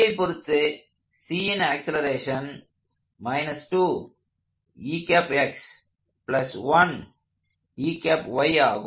Bஐ பொருத்து Cன் ஆக்ஸலரேஷன் ஆகும்